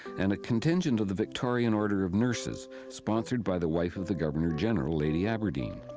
and a contingent of the victorian order of nurses, sponsored by the wife of the governor general, lady aberdeen.